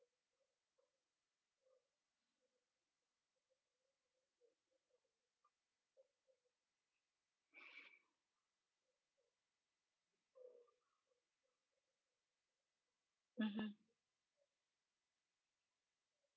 mmhmm